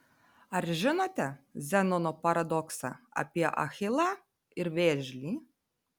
ar žinote zenono paradoksą apie achilą ir vėžlį